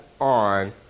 on